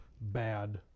bad